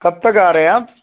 کب تک آ رہے ہیں آپ